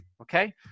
Okay